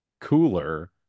cooler